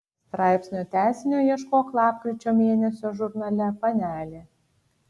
straipsnio tęsinio ieškok lapkričio mėnesio žurnale panelė